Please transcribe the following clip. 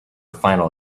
final